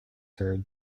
heard